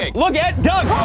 and look at doug